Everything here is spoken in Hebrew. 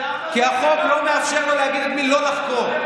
כי החוק לא מאפשר לו להגיד את מי לא לחקור.